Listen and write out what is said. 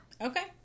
Okay